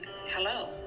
Hello